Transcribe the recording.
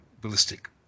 ballistic